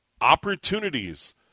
opportunities